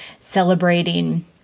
celebrating